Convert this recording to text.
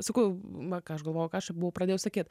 sakau va ką aš galvoju ką aš čia buvau pradėjus sakyti